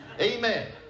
Amen